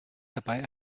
dabei